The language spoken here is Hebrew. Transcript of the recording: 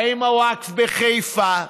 האם הווקף בחיפה,